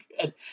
good